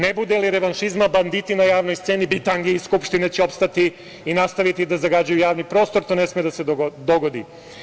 Ne bude li revanšizma banditi na javnoj sceni, bitange iz Skupštine će opstati i nastaviti da zagađuju javni prostor, to ne sme da se dogodi"